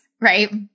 right